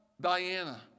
Diana